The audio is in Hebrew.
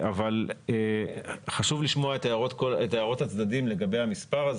אבל עדיין זה מהווה איזה שהוא אינדיקטור לשאלה אם 400% זה משהו מספיק.